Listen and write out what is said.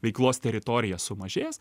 veiklos teritorija sumažės